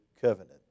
covenant